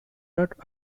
not